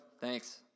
thanks